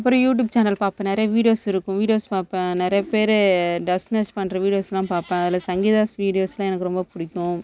அப்புறம் YouTube channel பார்பன் நிறைய வீடியோஸ் இருக்கும் வீடியோஸ் பார்ப்பேன் நிறையப் பேர் டப்ஸ்மேஷ் பண்கிற வீடியோஸ்லாம் பார்பேன் அதில் சங்கீதாஸ் வீடியோஸ்லாம் எனக்கு ரொம்ப பிடிக்கும்